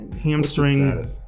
hamstring